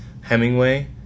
Hemingway